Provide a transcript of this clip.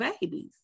babies